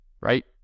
right